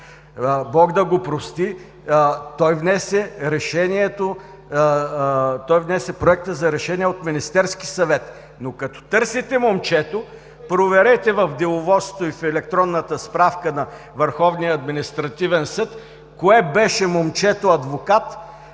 „Бог да го прости“! Той внесе Проекта за решение от Министерския съвет, но като търсите момчето проверете в Деловодството и в електронната справка на Върховния административен